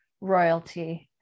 royalty